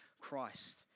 Christ